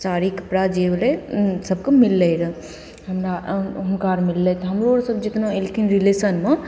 साड़ी कपड़ा जे भेलै सभकेँ मिललै रहै हमरा हुनका आओर मिललै तऽ हमरो आओर सभ जतना अएलखिन रिलेशनमे